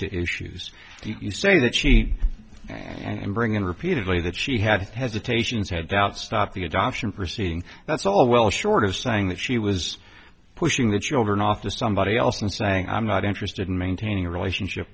issues you say that she and bring in repeatedly that she had hesitations had doubts not the adoption proceeding that's all well short of saying that she was pushing the children off to somebody else and saying i'm not interested in maintaining a relationship